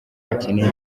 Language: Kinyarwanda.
akeneye